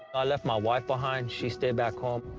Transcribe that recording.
i left my wife behind, she stayed back home.